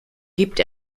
gibt